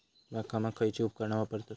बागकामाक खयची उपकरणा वापरतत?